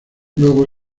luego